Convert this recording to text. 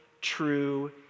true